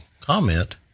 comment